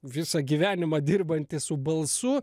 visą gyvenimą dirbanti su balsu